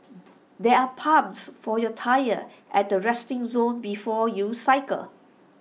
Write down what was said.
there are pumps for your tyres at the resting zone before you cycle